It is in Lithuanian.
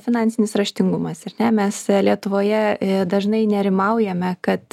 finansinis raštingumas ar ne mes lietuvoje dažnai nerimaujame kad